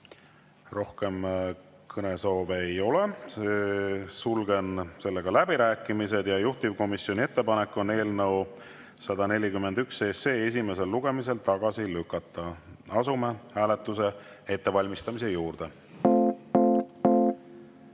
Rohkem kõnesoove ei ole. Sulgen läbirääkimised. Juhtivkomisjoni ettepanek on eelnõu 141 esimesel lugemisel tagasi lükata. Asume hääletuse ettevalmistamise